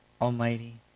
Almighty